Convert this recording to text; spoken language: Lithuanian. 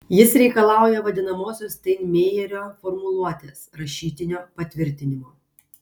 jis reikalauja vadinamosios steinmeierio formuluotės rašytinio patvirtinimo